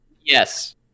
Yes